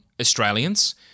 Australians